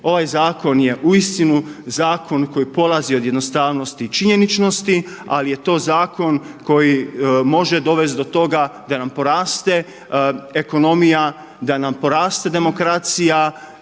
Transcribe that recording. Ovaj zakon je uistinu zakon koji polazi od jednostavnosti i činjeničnosti ali je to zakon koji može dovesti do toga da nam poraste ekonomija, da nam poraste demokracija